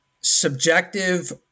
subjective-